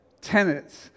tenets